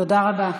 תודה רבה.